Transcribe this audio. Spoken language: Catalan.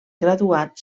graduat